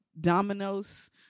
dominoes